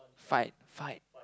fight fight